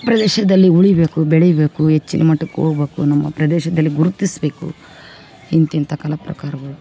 ಪ್ರದೇಶದಲ್ಲಿ ಉಳಿಬೇಕು ಬೆಳೀಬೇಕು ಹೆಚ್ಚಿನ್ ಮಟ್ಟಕ್ಕೆ ಹೋಗ್ಬೇಕು ನಮ್ಮ ಪ್ರದೇಶದಲ್ಲಿ ಗುರುತಿಸಬೇಕು ಇಂತಿಂಥ ಕಲಾ ಪ್ರಕಾರಗಳು